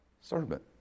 servant